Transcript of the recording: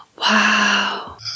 wow